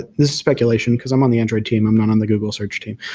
ah this is speculation because i'm on the android team, i'm not on the google search team,